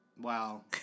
Wow